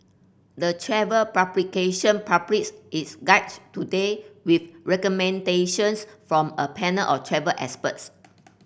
the travel publication published its guide today with recommendations from a panel of travel experts